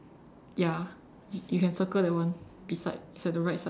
ya you can circle that one beside it's at the right side